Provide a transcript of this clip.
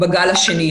בגל השני,